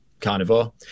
Carnivore